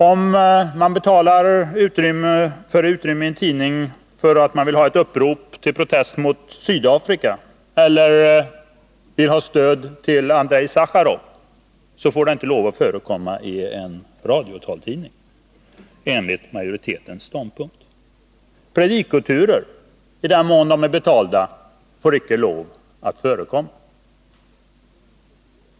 Om man betalar för utrymme i en tidning för ett upprop om protestaktioner mot Sydafrika eller stöd till Andrej Sacharov, får detta, enligt majoritetens ståndpunkt, inte lov att förekomma i radiotaltidningar. Predikoturer får heller inte lov att förekomma i den mån betalning har skett för utrymmet i tidningen.